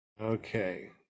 Okay